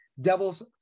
Devils